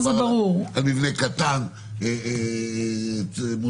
על מבנה קטן מודרני,